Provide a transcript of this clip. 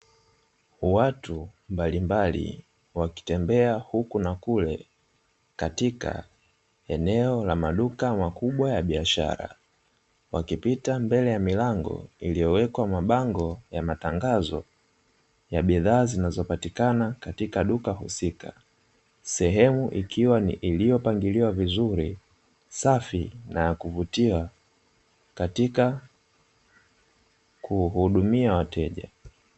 Watu mbalimbali wakitembea huku na kule katika eneo la maduka makubwa ya biashara. Wakipita mbele ya milango iliyowekwa mabango ya matangazo ya bidhaa zinazopatikana katika duka husika. Sehemu ikiwa ni iliyopangiliwa vizuri, safi na ya kuvutia katika kuhudumia wateja.